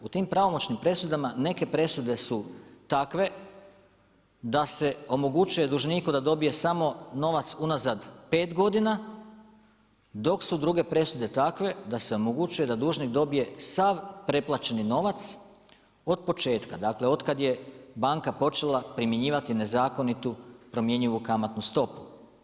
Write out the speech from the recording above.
U tim pravomoćnim presudama, neke presude su takve da se omogućuje dužniku da dobije samo novac unazad 5 godina, dok su druge presude takve, da omogućuje da dužnik dobije sav preplaćeni novac od početka, dakle od kad je banka počela primjenjivati nezakonitu promjenjivu kamatnu stopu.